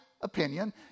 opinion